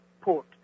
port